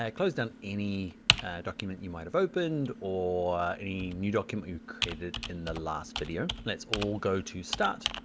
ah close down any document you might have opened, or any new document you created in the last video. let's all go to start,